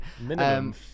minimum